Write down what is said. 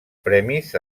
premis